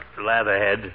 Latherhead